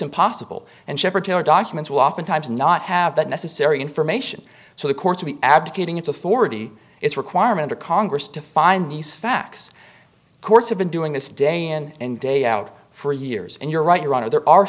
impossible and shepparton documents will oftentimes not have the necessary information so the court to be abdicating its authority its requirement of congress to find these facts courts have been doing this day in and day out for years and you're right your honor there are